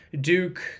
Duke